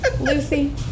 Lucy